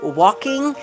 walking